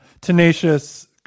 tenacious